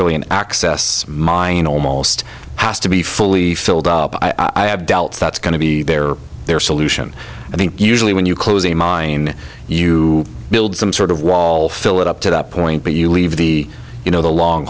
really an access mine almost has to be fully filled up i have dealt that's going to be there their solution i mean usually when you close a mine you build some sort of wall fill it up to that point but you leave the you know the long